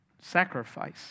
sacrifice